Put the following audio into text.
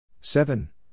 seven